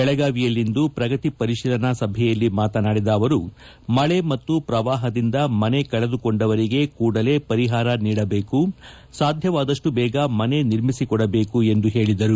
ಬೆಳಗಾವಿಯಲ್ಲಿಂದು ಪ್ರಗತಿ ಪರಿತೀಲನಾ ಸಭೆಯಲ್ಲಿ ಮಾತನಾಡಿದ ಅವರು ಮಳೆ ಮತ್ತು ಪ್ರವಾಹದಿಂದ ಮನೆ ಕಳೆದುಕೊಂಡವರಿಗೆ ಕೂಡಲೇ ಪರಿಹಾರ ನೀಡಬೇಕು ಸಾಧ್ಯವಾದಷ್ನು ಬೇಗ ಮನೆ ನಿರ್ಮಿಸಿಕೊಡಬೇಕು ಎಂದು ಹೇಳಿದರು